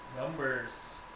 Numbers